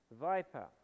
viper